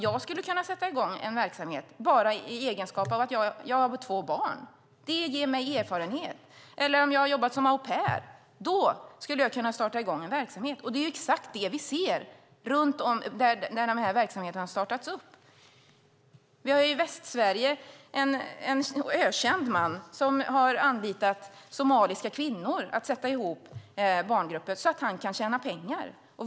Jag skulle kunna sätta i gång en verksamhet eftersom jag har två barn. Det ger mig erfarenhet. Om jag har jobbat som au pair skulle jag kunna starta en verksamhet. Det är exakt det vi ser runt om i landet där dessa verksamheter har startats. Vi har i Västsverige en ökänd man som har anlitat somaliska kvinnor för att sätta ihop barngrupper så att han kan tjäna pengar.